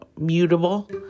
mutable